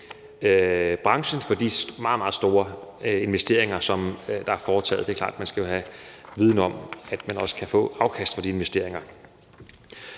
branchen i forhold til de meget, meget store investeringer, som der er foretaget. Det er klart, at man jo skal have viden om, at man også kan få et afkast af de investeringer.